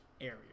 area